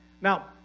now